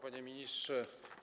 Panie Ministrze!